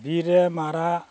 ᱵᱤᱨ ᱨᱮ ᱢᱟᱨᱟᱜ